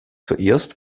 zuerst